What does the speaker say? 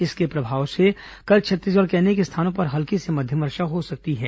इसके असर से कल छत्तीसगढ़ के अनेक स्थानों पर हल्की से मध्यम वर्षा हो सकती है